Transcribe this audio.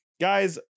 Guys